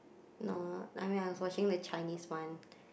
not I mean I was watching the Chinese one